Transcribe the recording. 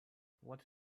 what